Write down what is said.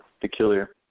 Peculiar